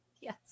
yes